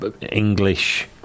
English